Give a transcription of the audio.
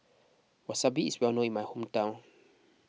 Wasabi is well known in my hometown